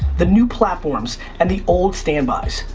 the new platforms, and the old standbys?